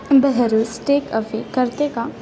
बेहरूस takeaway करते का